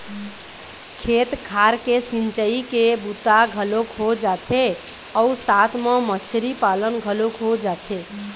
खेत खार के सिंचई के बूता घलोक हो जाथे अउ साथ म मछरी पालन घलोक हो जाथे